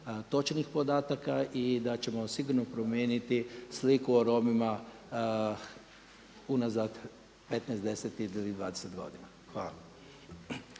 točnih podataka i da ćemo sigurno promijeniti sliku o Romima unazad 15, 10 i 20 godina. Hvala.